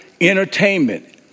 entertainment